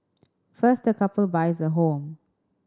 first the couple buys a home